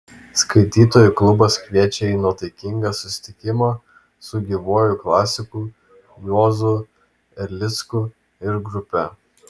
skaitytojų klubas kviečia į nuotaikingą susitikimą su gyvuoju klasiku juozu erlicku ir grupe